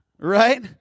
Right